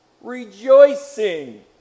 rejoicing